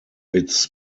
its